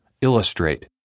Illustrate